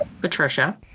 Patricia